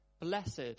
Blessed